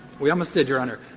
we almost did, your honor.